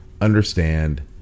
understand